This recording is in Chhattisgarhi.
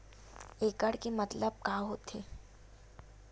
एकड़ के मतलब का होथे?